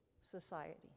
society